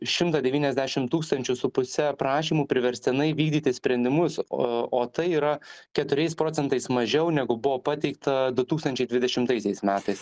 šimtą devyniasdešim tūkstančių su puse prašymų priverstinai vykdyti sprendimus o o tai yra keturiais procentais mažiau negu buvo pateikta du tūkstančiai dvidešimtaisiais metais